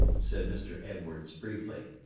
said mr. edwards, briefly.